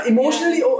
Emotionally